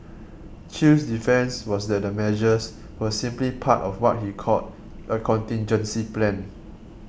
chew's defence was that the measures were simply part of what he called a contingency plan